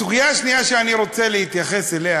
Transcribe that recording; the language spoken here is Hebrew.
הסוגיה השנייה שאני רוצה להתייחס אליה,